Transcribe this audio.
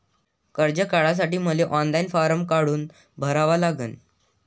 कर्ज काढासाठी मले ऑनलाईन फारम कोठून भरावा लागन?